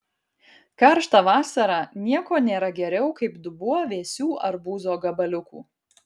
karštą vasarą nieko nėra geriau kaip dubuo vėsių arbūzo gabaliukų